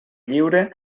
lliure